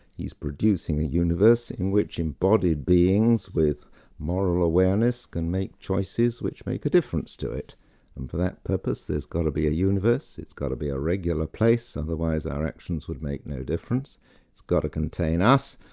he's producing a universe in which embodied beings with moral awareness can make choices which make a difference to it. and for that purpose, there's got to be a universe, it's got be a regular place otherwise our actions would make no difference it's got to contain us,